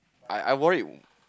I I wore it